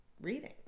reading